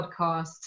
podcast